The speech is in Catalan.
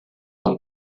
pel